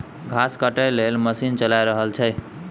घास काटय लेल मशीन चला रहल छै